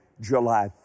july